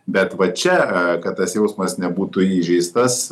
bet va čia kad tas jausmas nebūtų įžeistas